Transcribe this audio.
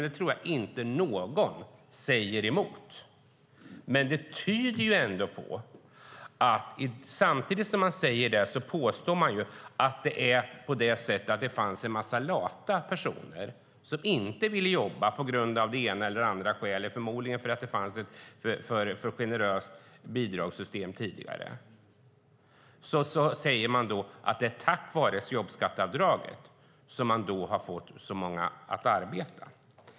Det tror jag inte att någon säger emot, men samtidigt som man säger det påstår man ju att det fanns en massa lata personer som inte ville jobba på grund av det ena eller det andra skälet - förmodligen för att det fanns ett för generöst bidragssystem tidigare. Man säger att det är tack vare jobbskatteavdraget som man har fått så många att arbeta.